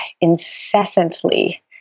incessantly